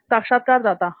साक्षात्कारदाता हां